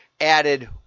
Added